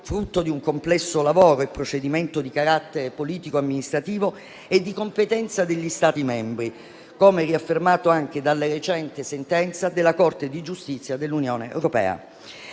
frutto di un complesso lavoro e procedimento di carattere politico-amministrativo, è di competenza degli Stati membri, come riaffermato anche dalla recente sentenza della Corte di giustizia dell'Unione europea.